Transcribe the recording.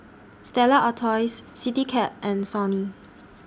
Stella Artois Citycab and Sony